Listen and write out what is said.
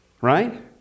right